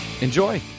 Enjoy